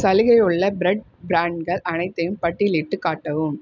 சலுகை உள்ள பிரட் பிரான்ட்கள் அனைத்தையும் பட்டியலிட்டுக் காட்டவும்